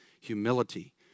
humility